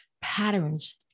patterns